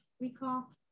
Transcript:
Recall